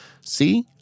See